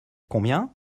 combien